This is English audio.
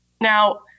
now